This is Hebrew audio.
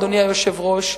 אדוני היושב-ראש,